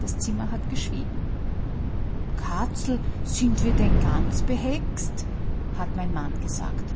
das zimmer hat geschwiegen katzel sind wir denn ganz behext hat mein mann gesagt